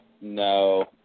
No